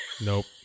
Nope